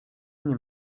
nim